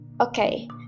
Okay